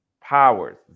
Powers